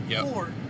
four